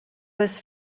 was